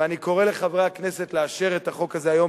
ואני קורא לחברי הכנסת לאשר את החוק הזה היום,